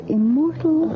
immortal